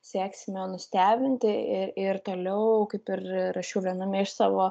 sieksime nustebinti ir ir toliau kaip ir rašiau viename iš savo